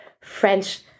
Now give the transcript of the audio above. French